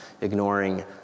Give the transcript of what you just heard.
ignoring